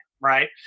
Right